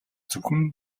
зөвхөн